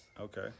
okay